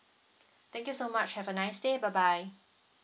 thank you so much have a nice day bye bye